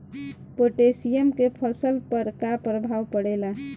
Potassium के फसल पर का प्रभाव पड़ेला?